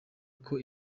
uko